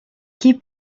chi